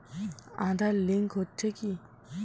Aadhaar link হচ্ছে কি?